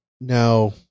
now